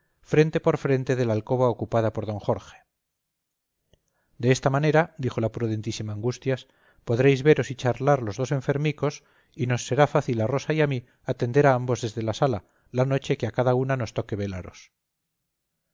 frente por frente de la alcoba ocupada por d jorge de esta manera dijo la prudentísima angustias podréis veros y charlar los dos enfermicos y nos será fácil a rosa y a mí atender a ambos desde la sala la noche que a cada una nos toque velaros